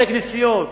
בתי-כנסיות,